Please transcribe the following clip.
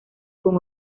con